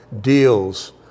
deals